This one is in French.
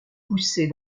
pousser